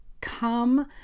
come